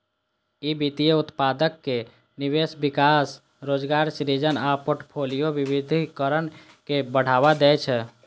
ई वित्तीय उत्पादक निवेश, विकास, रोजगार सृजन आ फोर्टफोलियो विविधीकरण के बढ़ावा दै छै